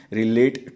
relate